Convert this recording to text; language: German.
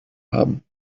haben